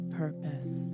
purpose